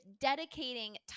dedicating